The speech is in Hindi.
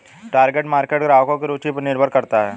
टारगेट मार्केट ग्राहकों की रूचि पर निर्भर करता है